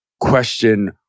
Question